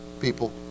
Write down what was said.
people